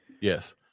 Yes